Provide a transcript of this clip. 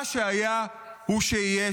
מה שהיה הוא שיהיה,